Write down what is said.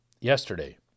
yesterday